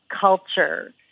culture